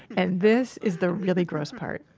and this is the really gross part